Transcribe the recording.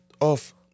off